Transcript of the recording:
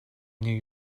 new